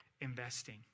investing